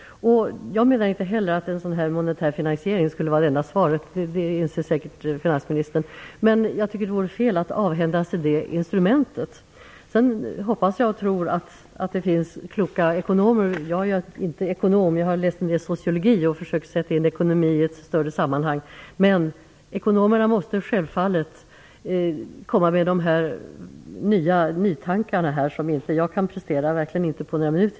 Jag menar inte heller att en monetär finansiering skulle vara det enda svaret. Det inser finansministern säkert. Men jag tycker att det vore fel att avhända sig det instrumentet. Jag hoppas och tror att det finns kloka ekonomer. Jag är inte ekonom. Jag har läst en del sociologi och försökt sätta in ekonomin i ett större sammanhang. Ekonomerna måste självfallet komma med ett nytänkande som jag inte kan prestera - i alla fall inte på några minuter.